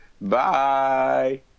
bye